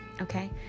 okay